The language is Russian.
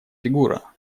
фигура